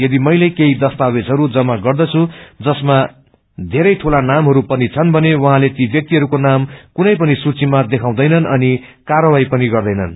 यछि मैले केही दस्तावेजहरू जमा गर्दछु जसमा धेरै दूला नामहरू पनि छन् भने उछौंले ती व्यक्तिहरूको नाम छुनै पनि सूचीमा देखाउदैनन् अनि कायाही पनि गर्दैनन्